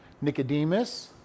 Nicodemus